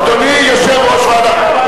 אדוני יושב-ראש הוועדה,